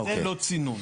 זה לא צינון.